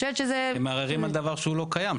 אתם מערערים על דבר שהוא לא קיים,